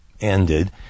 ended